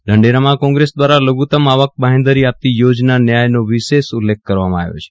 ઢંઢેરામાં Congress દ્વારા લ્ઘુત્તમ આવક બાંહેધરી આપતી યોજના ન્યાયનો વિશેષ ઉલ્લેખ કરવામાં આવ્યો છે